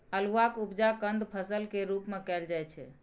अल्हुआक उपजा कंद फसल केर रूप मे कएल जाइ छै